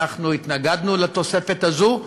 אנחנו התנגדנו לתוספת הזאת.